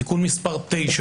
תיקון מס' 9,